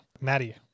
Maddie